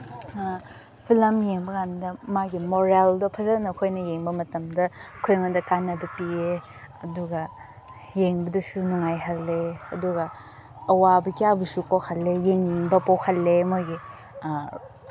film ꯌꯦꯡꯕꯀꯥꯟꯗ ꯃꯥꯒꯤ ꯃꯣꯔꯦꯜꯗꯣ ꯐꯖꯅ ꯑꯩꯈꯣꯏꯅ ꯌꯦꯡꯕ ꯃꯇꯝꯗ ꯑꯩꯈꯣꯏꯉꯣꯟꯗ ꯀꯥꯟꯅꯕ ꯄꯤꯌꯦ ꯑꯗꯨꯒ ꯌꯦꯡꯕꯗꯁꯨ ꯅꯨꯡꯉꯥꯏꯍꯜꯂꯦ ꯑꯗꯨꯒ ꯑꯋꯥꯕ ꯀꯌꯥꯕꯨꯁꯨ ꯀꯣꯛꯍꯜꯂꯦ ꯌꯦꯡꯅꯤꯡꯕ ꯄꯣꯛꯍꯜꯂꯦ ꯃꯣꯏꯒꯤ